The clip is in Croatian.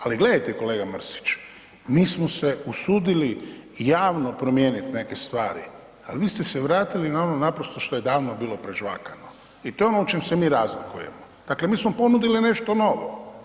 Ali gledajte kolega Mrsić, mi smo se usudili javno promijeniti neke stvari ali vi ste se vratili na ono naprosto što je davno bilo prožvakano i to je ono u čem se mi razlikujemo, dakle mi smo ponudili nešto novo.